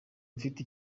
mfite